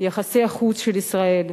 ויחסי החוץ של ישראל.